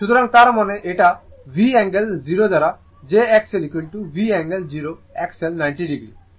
সুতরাং তার মানে এটা V অ্যাঙ্গেল 0 দ্বারা jXLV অ্যাঙ্গেল 0 XL 90 o